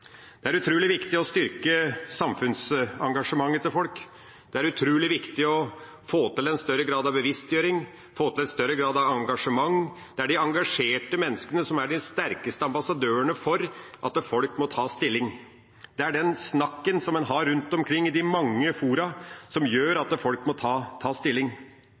Det er utrolig viktig å styrke samfunnsengasjementet til folk. Det er utrolig viktig å få til en større grad av bevisstgjøring, få til en større grad av engasjement. Det er de engasjerte menneskene som er de sterkeste ambassadørene for at folk må ta stilling. Det er den snakken som en har rundt omkring i de mange fora, som gjør at folk må ta stilling.